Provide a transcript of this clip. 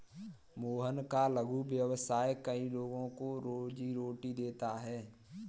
मोहन का लघु व्यवसाय कई लोगों को रोजीरोटी देता है